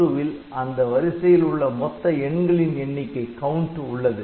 R2 ல் அந்த வரிசையில் உள்ள மொத்த எண்களின் எண்ணிக்கை உள்ளது